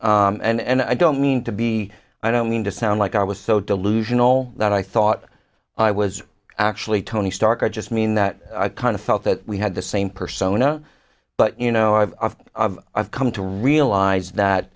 stark and i don't mean to be i don't mean to sound like i was so delusional that i thought i was actually tony stark i just mean that i kind of felt that we had the same persona but you know i've i've i've i've come to realize that